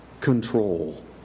control